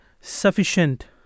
sufficient